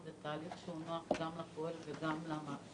תהליך שהוא נוח גם לפועל וגם למעסיק.